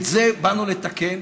את זה באנו לתקן